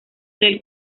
del